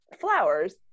flowers